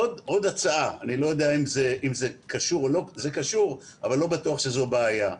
עוד הצעה, זה קשור אבל לא בטוח שזו בעיה.